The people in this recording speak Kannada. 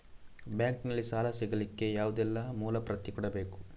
ಬ್ಯಾಂಕ್ ನಲ್ಲಿ ಸಾಲ ಸಿಗಲಿಕ್ಕೆ ಯಾವುದೆಲ್ಲ ಮೂಲ ಪ್ರತಿ ಕೊಡಬೇಕು?